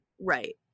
Right